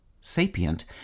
Sapient